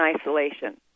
isolation